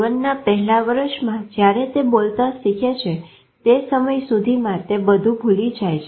જીવનના પહેલા વર્ષમાં જયારે તે બોલતા શીખે છે તે સમય સુધીમાં તે બધું ભૂલી જાય છે